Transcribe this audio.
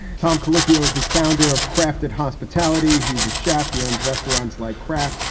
tom colicchio was the founder of crafted hospitality. he's a chef he owns restaurants like kraft,